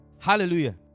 Hallelujah